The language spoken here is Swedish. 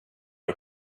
och